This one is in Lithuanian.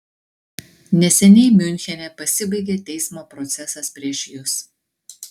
neseniai miunchene pasibaigė teismo procesas prieš jus